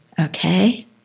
Okay